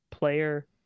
player